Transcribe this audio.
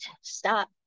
stop